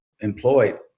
employed